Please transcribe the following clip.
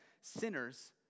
sinners